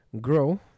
grow